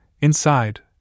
Inside